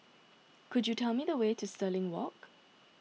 could you tell me the way to Stirling Walk